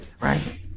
Right